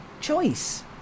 choice